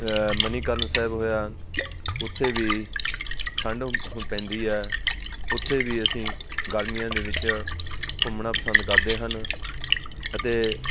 ਮਨੀਕਰਨ ਸਾਹਿਬ ਹੋਇਆ ਉੱਥੇ ਵੀ ਠੰਡ ਪੈਂਦੀ ਹੈ ਉੱਥੇ ਵੀ ਅਸੀਂ ਗਰਮੀਆਂ ਦੇ ਵਿੱਚ ਘੁੰਮਣਾ ਪਸੰਦ ਕਰਦੇ ਹਨ ਅਤੇ